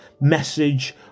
message